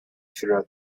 throughout